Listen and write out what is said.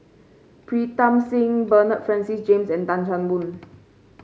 Pritam Singh Bernard Francis James and Tan Chan Boon